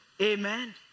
Amen